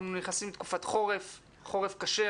אנחנו נכנסים לתקופת חורף קשה.